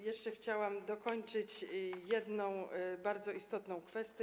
Jeszcze chciałam dokończyć, poruszyć jedną bardzo istotną kwestię.